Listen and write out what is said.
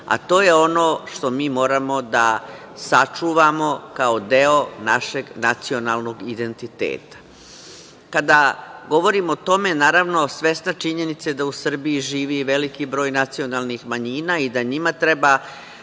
a to je ono što mi moramo da sačuvamo kao deo našeg nacionalnog identiteta. Kada govorimo o tome, naravno svesna činjenica da u Srbiji živi veliki broj nacionalnih manjina i da njima treba